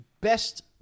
best